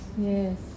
Yes